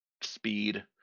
speed